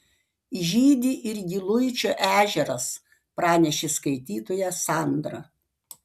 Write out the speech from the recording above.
žydi ir giluičio ežeras pranešė skaitytoja sandra